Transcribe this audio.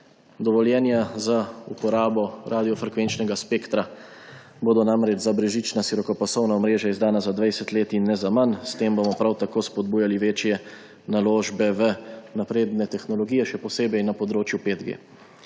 Dovoljenja za uporabo radiofrekvenčnega spektra bodo namreč za brezžična širokopasovna omrežja izdana za 20 let in ne za manj. S tem bomo prav tako spodbujali večje naložbe v napredne tehnologije, še posebej na področju 5G,